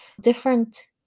different